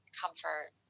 comfort